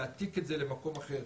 להעתיק את זה למקום אחר,